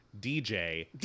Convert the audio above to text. DJ